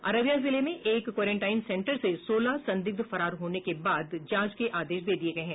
अररिया जिले में एक क्वारेनटाइन सेंटर से सोलह संदिग्ध फरार होने के बाद जांच के आदेश दिये गये हैं